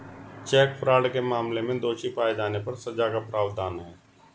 check fraud के मामले में दोषी पाए जाने पर सजा का प्रावधान है